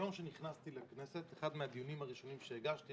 מהיום שנכנסתי לכנסת, אחד הדיונים הראשונים שהגשתי